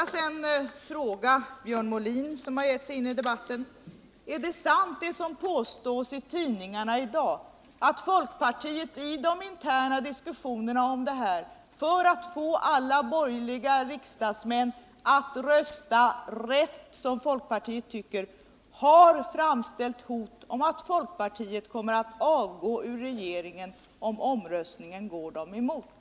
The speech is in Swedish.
Jag vill fråga Björn Molin, som har gett sig in i debatten: Är det sant det som påstås i tidningarna i dag, att folkpartiet i de interna diskussionerna om detta, för att få alla borgerliga riksdagsmän att rösta rätt — som folkpartiet tycker — har framställt hot om att folkpartiet kommer att gå ur regeringen om omröstningen går partiet emot?